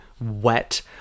wet